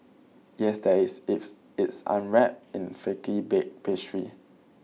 yes there is if it's unwrapped in flaky baked pastry